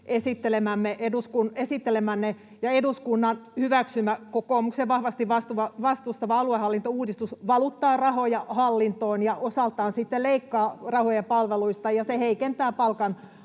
esittelemänne ja eduskunnan hyväksymä, kokoomuksen vahvasti vastustama aluehallintouudistus valuttaa rahoja hallintoon ja osaltaan sitten leikkaa rahoja palveluista, ja se heikentää